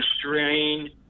strain